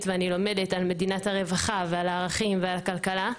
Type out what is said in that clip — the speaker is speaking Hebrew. ואני לומדת על מדינת הרווחה ועל ערכים ועל כלכלה,